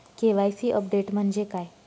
KYC update म्हणजे काय?